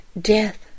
Death